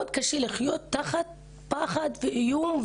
מאוד קשה לחיות תחת פחד ואיום,